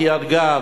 לקריית-גת,